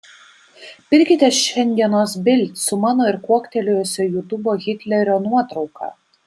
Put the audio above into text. pirkite šiandienos bild su mano ir kuoktelėjusio jutubo hitlerio nuotrauka